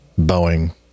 Boeing